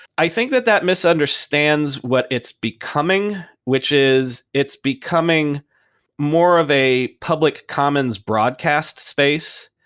i think that that misunderstands what it's becoming, which is it's becoming more of a public commons broadcast space.